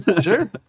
sure